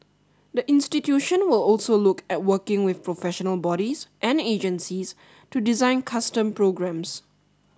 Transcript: the institution will also look at working with professional bodies and agencies to design custom programmes